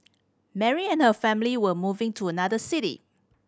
Mary and her family were moving to another city